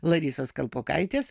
larisos kalpokaitės